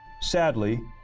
Sadly